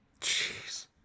Jeez